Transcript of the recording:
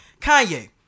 Kanye